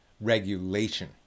regulation